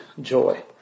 joy